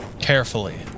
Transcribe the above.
carefully